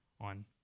on